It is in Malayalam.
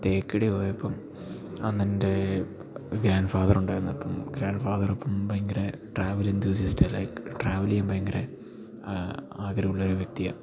തേക്കടി പോയപ്പം അന്നൻ്റെ ഗ്രാൻ്റ്ഫാദർ ഉണ്ടായിരുന്നു അപ്പം ഗ്രാൻ്റ്ഫാദറൊപ്പം ഭയങ്കര ട്രാവൽ ഇന്തൂസിസ്റ്റ് ലൈക്ക് ട്രാവൽ ചെയ്യാൻ ഭയങ്കര ആഗ്രഹമുള്ള ഒരു വ്യക്തിയാണ്